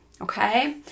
Okay